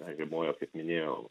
na žiemojo kaip minėjau